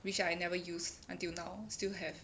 which I never use until now still have